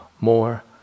more